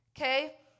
Okay